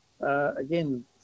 again